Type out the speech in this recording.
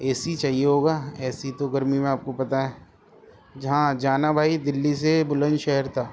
اے C چاہیے ہوگا A C تو گرمی میں آپ کو پتہ ہے جہاں جانا بھائی دلی سے بلند شہر تک